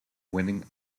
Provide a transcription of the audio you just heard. winning